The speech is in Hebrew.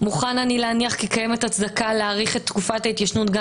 "מוכן אני להניח כי קיימת הצדקה להאריך את תקופת ההתיישנות גם